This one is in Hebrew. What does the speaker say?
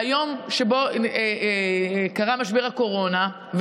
מהיום שבו קרה משבר הקורונה,